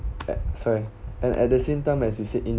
uh sorry and at the same time as you said in